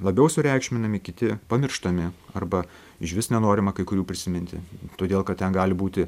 labiau sureikšminami kiti pamirštami arba išvis nenorima kai kurių prisiminti todėl kad ten gali būti